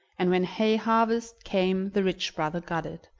and when hay-harvest came the rich brother got it,